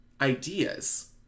ideas